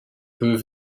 peu